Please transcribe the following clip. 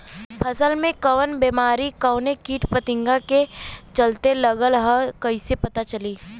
फसल में कवन बेमारी कवने कीट फतिंगा के चलते लगल ह कइसे पता चली?